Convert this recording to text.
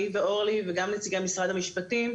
אני ואורלי וגם נציגי משרד המשפטים,